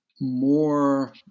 more